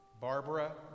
Barbara